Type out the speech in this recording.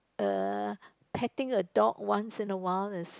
err petting a dog once in awhile is